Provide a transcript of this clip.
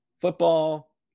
football